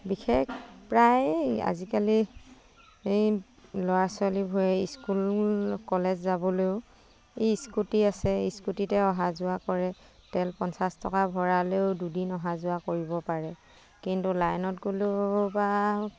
বিশেষ প্ৰায় আজিকালি এই ল'ৰা ছোৱালীবোৰে স্কুল কলেজ যাবলৈও এই স্কুটি আছে স্কুটিতে অহা যোৱা কৰে তেল পঞ্চাছ টকা ভৰালেও দুদিন অহা যোৱা কৰিব পাৰে কিন্তু লাইনত গ'লেও বা